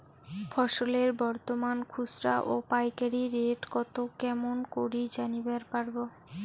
ফসলের বর্তমান খুচরা ও পাইকারি রেট কতো কেমন করি জানিবার পারবো?